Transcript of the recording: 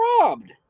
robbed